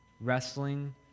wrestling